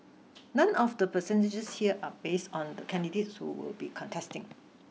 none of the percentages here are based on the candidates who will be contesting